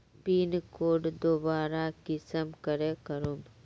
Pin code दोबारा कुंसम करे करूम?